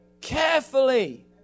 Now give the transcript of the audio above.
carefully